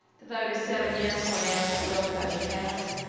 the vote is seven yes, one absent, wilk, motion passed.